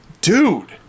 dude